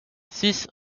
six